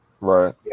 right